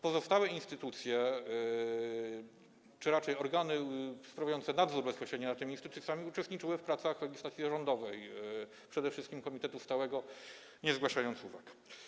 Pozostałe instytucje czy raczej organy sprawujące bezpośredni nadzór nad tymi instytucjami uczestniczyły w pracach legislacji rządowej, przede wszystkim komitetu stałego, i nie zgłosiły uwag.